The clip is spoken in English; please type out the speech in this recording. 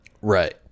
Right